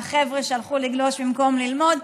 החבר'ה שהלכו לגלוש במקום ללמוד.